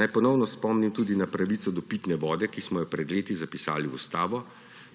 Naj ponovno spomnim tudi na pravico do pitne vode, ki smo jo pred leti zapisali v ustavo,